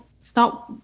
start